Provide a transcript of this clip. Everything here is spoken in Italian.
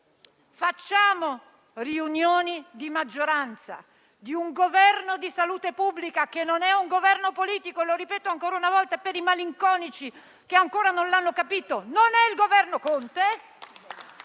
facciamo riunioni di maggioranza di un Governo di salute pubblica, che non è un governo politico. Lo ripeto ancora una volta, per i malinconici che ancora non l'hanno capito: non è il Governo Conte.